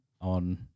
On